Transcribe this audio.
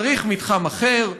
צריך מתחם אחר,